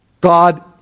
God